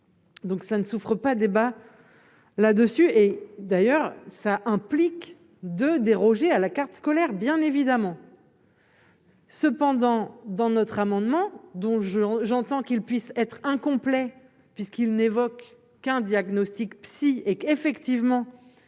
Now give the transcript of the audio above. donc ça ne souffre pas débat là-dessus et d'ailleurs ça implique de déroger à la carte scolaire bien évidemment. Cependant, dans notre amendement dont je j'entends qu'il puisse être incomplet puisqu'il n'évoque qu'un diagnostic psy et qu'effectivement